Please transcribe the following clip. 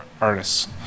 artist's